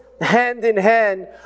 hand-in-hand